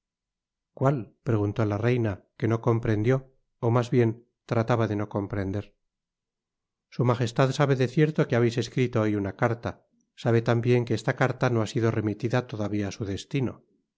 cual preguntó la reina que no comprendió ó mas bien trataba de no comprender su majestad sabe de cierto que habeis escrito hoy una carta sabe tambien que esta carta no ha sido remitida todavía á su destino